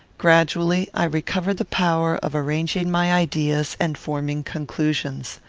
gradually i recovered the power of arranging my ideas and forming conclusions.